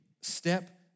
step